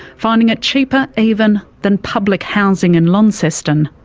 finding it cheaper even than public housing in launceston.